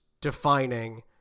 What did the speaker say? defining